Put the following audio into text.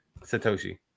Satoshi